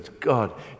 God